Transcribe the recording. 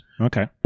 Okay